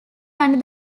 under